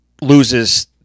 loses